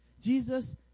Jesus